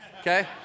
okay